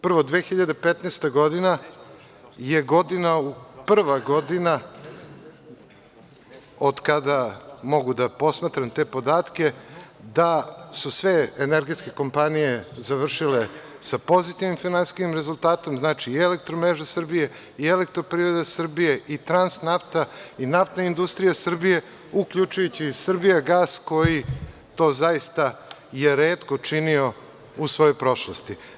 Prvo, 2015. godina je prva godina od kada mogu da posmatram te podatke, da su sve energetske kompanije završile sa pozitivnim finansijskim rezultatom, znači i Elektromreža Srbije, i Elektroprivreda Srbije, i Transnafta i NIS, uključujući i Srbijagas koji to zaista je retko činio u svojoj prošlosti.